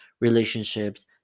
relationships